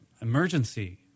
emergency